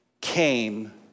came